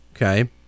Okay